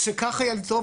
שככה יהיה לי טוב,